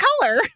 color